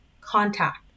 contact